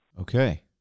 Okay